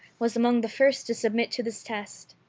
was among the first to submit to this test.